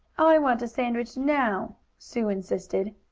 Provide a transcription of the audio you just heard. i want a sandwich now! sue insisted.